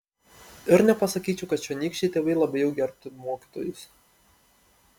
ir nepasakyčiau kad čionykščiai tėvai labai jau gerbtų mokytojus